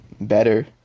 better